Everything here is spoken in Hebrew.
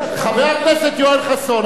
חבר הכנסת יואל חסון,